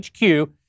HQ